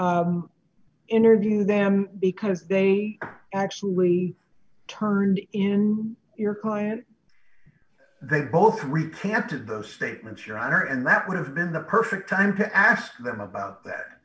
you interviewed them because they actually turned in your client they both replanted those statements your honor and that would have been the perfect time to ask them about that